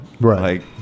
Right